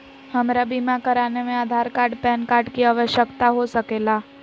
हमरा बीमा कराने में आधार कार्ड पैन कार्ड की आवश्यकता हो सके ला?